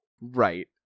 Right